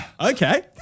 Okay